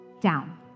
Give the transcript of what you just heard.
down